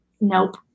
nope